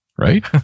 right